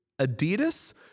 Adidas